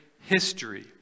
history